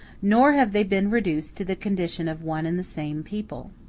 nor have they been reduced to the condition of one and the same people.